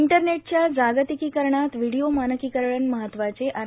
इंटरनेटच्या जागतिकीकरणात व्हिडीओ मानकीकरण महत्वाचे आर